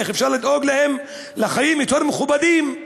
איך אפשר לדאוג להם לחיים מכובדים יותר.